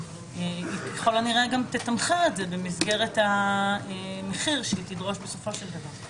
היא ככל הנראה גם תתמחר את זה במסגרת המחיר שהיא תדרוש בסופו של דבר.